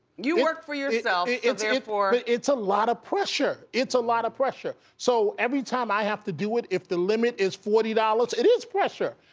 you work for yourself so therefor. it's a lot of pressure, it's a lot of pressure. so, every time i have to do it, if the limit is forty dollars, it is pressure.